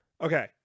okay